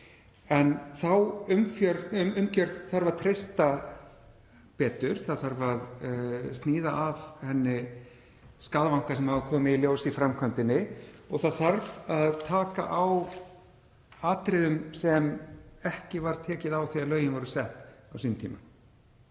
en þá umgjörð þarf að treysta betur. Það þarf að sníða af henni skavanka sem hafa komið í ljós í framkvæmdinni og það þarf að taka á atriðum sem ekki var tekið á þegar lögin voru sett á sínum tíma.